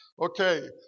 Okay